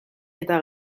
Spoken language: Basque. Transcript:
eta